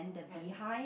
and